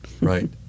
right